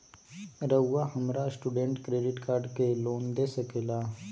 रहुआ हमरा student credit card के लिए लोन दे सके ला?